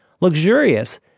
luxurious